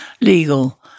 legal